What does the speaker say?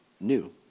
new